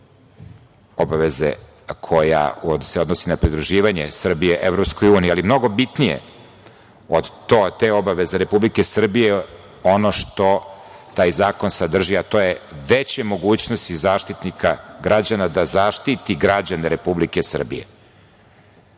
obaveze koja se odnosi na pridruživanje Srbije EU, ali mnogo bitnije od te obaveze Republike Srbije je ono što taj zakon sadrži, a to je veće mogućnosti Zaštitnika građana da zaštiti građane Republike Srbije. Tako